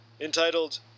entitled